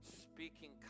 speaking